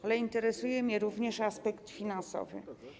Ale interesuje mnie również aspekt finansowy.